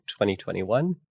2021